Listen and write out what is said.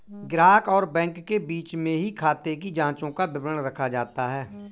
ग्राहक और बैंक के बीच में ही खाते की जांचों का विवरण रखा जाता है